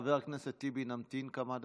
ברשותך, חבר הכנסת טיבי, נמתין כמה דקות.